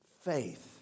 faith